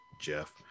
Jeff